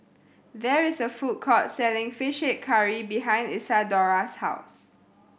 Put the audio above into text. there is a food court selling Fish Head Curry behind Isadora's house